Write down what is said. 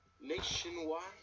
nationwide